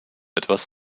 etwas